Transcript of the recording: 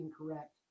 incorrect